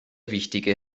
wichtige